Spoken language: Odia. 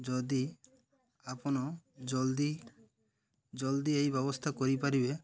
ଯଦି ଆପଣ ଜଲ୍ଦି ଜଲ୍ଦି ଏଇ ବ୍ୟବସ୍ଥା କରିପାରିବେ